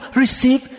receive